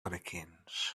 hurricanes